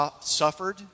suffered